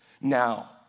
now